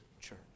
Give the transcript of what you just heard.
church